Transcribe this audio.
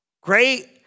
Great